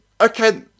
Okay